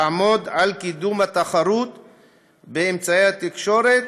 אעמוד על קידום התחרות באמצעי התקשורת,